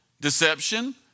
Deception